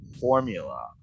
formula